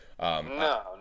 No